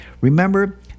Remember